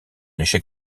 échec